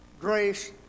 grace